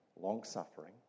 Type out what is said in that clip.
long-suffering